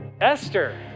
Esther